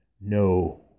no